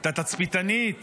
את התצפיתנית